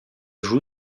joue